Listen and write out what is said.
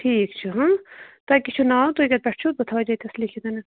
ٹھیٖک چھُ تۄہہِ کیٛاہ چھُو ناو تُہۍ کَتہِ پٮ۪ٹھ چھُو بہٕ تھاوَے ییٚتِنَس لیکھِتھ